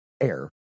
air